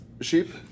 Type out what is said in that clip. Sheep